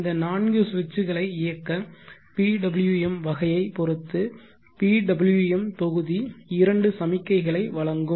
இந்த நான்கு சுவிட்சுகளை இயக்க PWM வகையைப் பொறுத்து PWM தொகுதி இரண்டு சமிக்ஞைகளை வழங்கும்